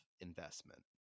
investment